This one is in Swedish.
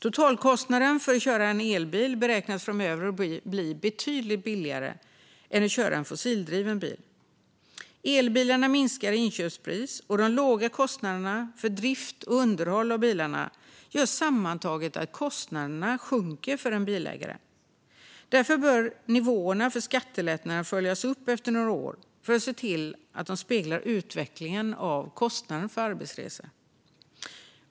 Totalkostnaden för att köra en elbil beräknas framöver bli betydligt lägre än för att köra en fossildriven bil. Elbilarnas inköpspris minskar, och de låga kostnaderna för drift och underhåll av bilarna gör sammantaget att kostnaderna för en bilägare sjunker. Därför bör nivåerna för skattelättnaden följas upp efter några år, för att se till att de speglar utvecklingen av kostnaden för arbetsresor.